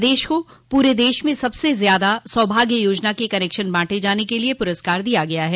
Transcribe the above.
प्रदेश को पूरे देश में सबसे ज्यादा सौभाग्य योजना के कनेक्शन बांटे जाने के लिये पुरस्कार दिया गया है